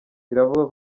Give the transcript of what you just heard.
kiravuga